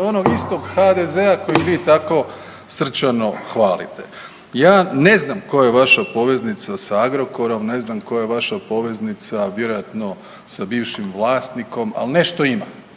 onog istog HDZ-a kojeg vi tako srčano hvalite. Ja ne znam koja je vaša poveznica sa Agrokorom, ne znam koja je vaša poveznica vjerojatno sa bivšim vlasnikom, ali nešto ima.